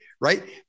right